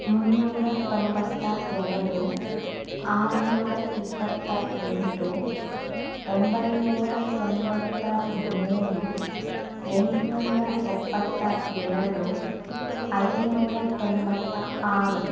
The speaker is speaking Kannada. ಮುನ್ನೂರ ತೊಂಬತ್ತ ಎರಡು ಆರುನೂರ ಇಪ್ಪತ್ತ ಎಂಟು ಒಂಬೈನೂರ ತೊಂಬತ್ತ ಮೂರು ಎಂಟುನೂರ ಎಪ್ಪತ್ತ ಎರಡು ಐನೂರ ತೊಂಬತ್ತ ಆರು